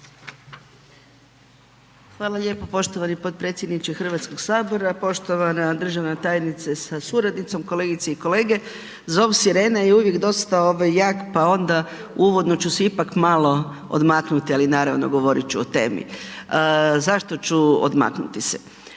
Hvala lijepo poštovani potpredsjedniče HS, poštovana državna tajnice sa suradnicom, kolegice i kolege. Zov sirene je uvijek dosta ovaj jak, pa onda uvodno ću se ipak malo odmaknuti, ali naravno govorit ću o temi. Zašto ću odmaknuti se?